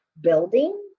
building